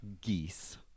geese